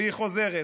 והיא חוזרת.